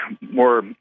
more